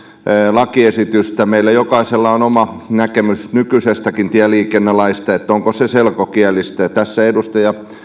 lakiesitystä meillä jokaisella on oma näkemys nykyisestäkin tieliikennelaista että onko se selkokielistä edustaja